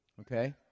Okay